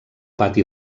pati